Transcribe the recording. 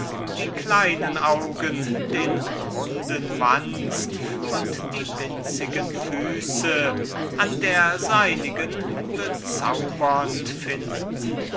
die kleinen augen die kegelrunde dicke und winzigen füße an der seinigen bezaubernd finden